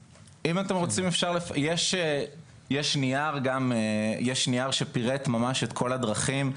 יש נייר שפירט ממש את כל הדרכים.